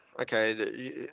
Okay